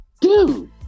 dude